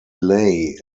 leigh